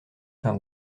fin